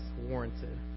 warranted